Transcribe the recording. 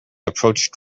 approached